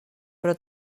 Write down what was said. però